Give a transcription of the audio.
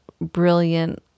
brilliant